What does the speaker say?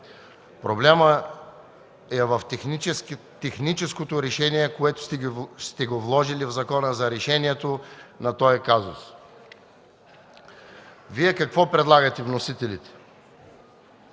Проблемът е в техническото решение, което сте вложили в закона за решението на този казус. Какво предлагате Вие вносителите?